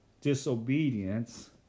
disobedience